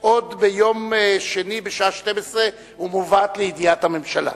עוד ביום שני בשעה 12:00 ומובא לידיעת הממשלה.